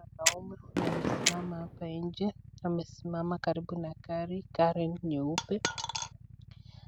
Wanaume wenye wamesimama hapa nje, wamesimama karibu na gari, gari nyeupe